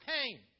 pain